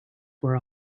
were